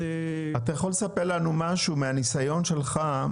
אתה יכול לספר לנו משהו מהניסיון שלך,